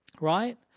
right